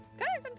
guys, and